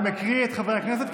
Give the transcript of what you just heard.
אני מקריא את חברי הכנסת,